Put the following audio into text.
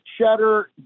cheddar